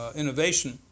innovation